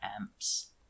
amps